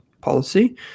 policy